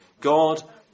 God